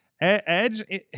edge